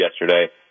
yesterday